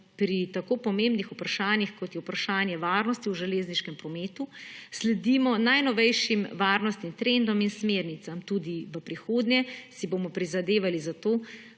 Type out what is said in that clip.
pri tako pomembnih vprašanjih, kot je vprašanje varnosti v železniškem prometu, sledimo najnovejšim varnostnim trendom in smernicam. Tudi v prihodnje si bomo prizadevali za to,